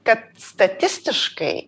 kad statistiškai